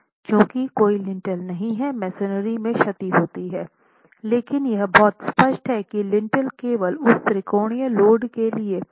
चूंकि कोई लिंटेल नहीं है मेसनरी में क्षति होती है लेकिन यह बहुत स्पष्ट है कि लिंटेल केवल उस त्रिकोणीय लोड के लिए कैसे डिज़ाइन किया गया हैं